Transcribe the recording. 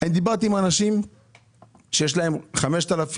אני דיברתי עם אנשים שיש להם 5,000,